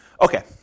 Okay